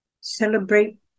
celebrate